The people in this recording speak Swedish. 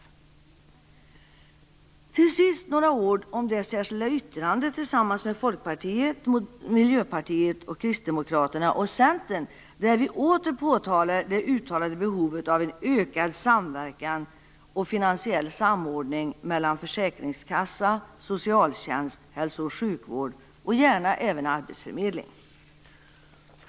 Till sist vill jag säga några ord om det särskilda yttrande där vi tillsammans med Folkpartiet, Miljöpartiet, Kristdemokraterna och Centern åter påtalar det uttalade behovet av en ökad samverkan och finansiell samordning mellan försäkringskassa, socialtjänst, hälso och sjukvård och gärna även arbetsförmedling.